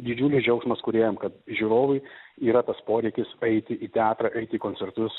didžiulis džiaugsmas kūrėjam kad žiūrovui yra tas poreikis eiti į teatrą koncertus